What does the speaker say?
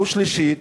ושלישית,